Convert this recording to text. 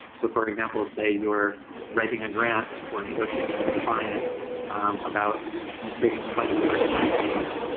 so for example, say, you're writing a grant or negotiating with a client about you know creating a budget for a design project.